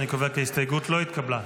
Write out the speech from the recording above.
אני קובע כי ההסתייגות לא התקבלה.